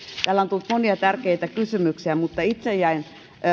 täällä on tullut monia tärkeitä kysymyksiä mutta itse jäin